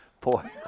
Boy